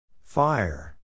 Fire